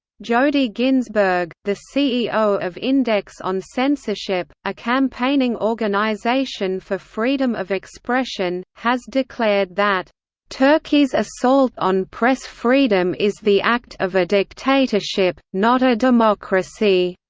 jodie ginsberg, the ceo of index on censorship, a campaigning organisation for freedom of expression, has declared that turkey's assault on press freedom is the act of a dictatorship, not a democracy.